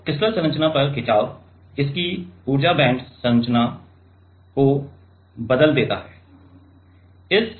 तो क्रिस्टल संरचना पर खिंचाव इसकी ऊर्जा बैंड संरचना को बदल देता है